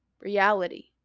Reality